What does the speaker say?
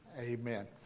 Amen